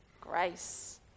Grace